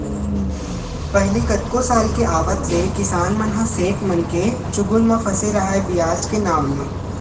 पहिली कतको साल के आवत ले किसान मन ह सेठ मनके चुगुल म फसे राहय बियाज के नांव ले